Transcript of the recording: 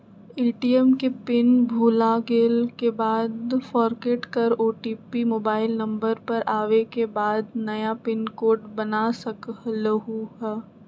ATM के pin भुलागेल के बाद फोरगेट कर ओ.टी.पी मोबाइल नंबर पर आवे के बाद नया पिन कोड बना सकलहु ह?